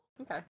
Okay